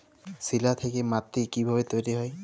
শিলা থেকে মাটি কিভাবে তৈরী হয়?